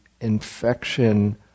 infection